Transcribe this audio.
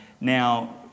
Now